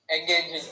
engaging